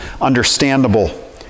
understandable